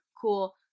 cool